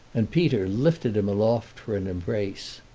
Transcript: and peter lifted him aloft for an embrace.